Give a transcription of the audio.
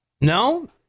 No